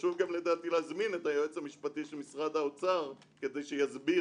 חשוב גם לדעתי להזמין את היועץ המשפטי של משרד האוצר כדי שיסביר,